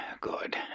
good